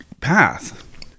path